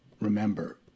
remember